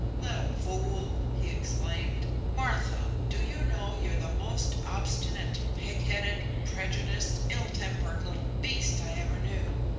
little fool! he exclaimed. martha, do you know you're the most obstinate, pig-headed, prejudiced, ill-tempered little beast i ever knew?